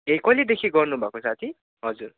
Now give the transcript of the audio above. ए कहिलेदेखि गर्नु भएको साथी हजुर